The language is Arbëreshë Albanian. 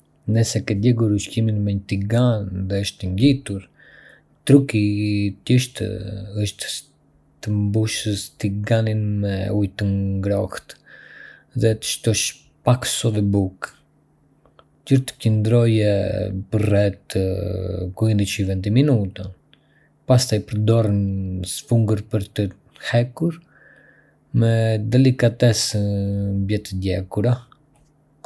Nëse ke djegur ushqimin në një tigan dhe është ngjitur, një truk i thjeshtë është të mbushësh tiganin me ujë të ngrehtë dhe të shtosh pak sodë buke. Lëre të qëndrojë për rreth quindici-venti minuta, pastaj përdor një sfungjer për të hequr me delikatesë mbetjet e djegura.